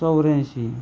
चौऱ्याऐंशी